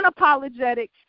unapologetic